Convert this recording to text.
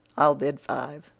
i'll bid five.